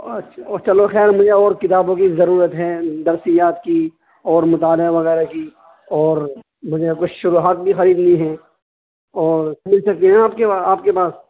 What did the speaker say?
اچھ او چلو خیال میں اور کتابوں کی ضرورت ہے درسیات کی اور مطالعہ وغیرہ کی اور مجھے کچھ شروحات بھی خریدنی ہیں اور مل سکتی ہے نا آپ کی آپ کے پاس